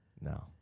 No